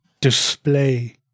display